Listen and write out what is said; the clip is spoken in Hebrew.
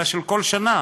אלא של כל שנה.